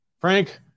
Frank